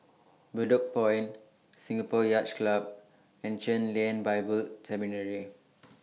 Bedok Point Singapore Yacht Club and Chen Lien Bible Seminary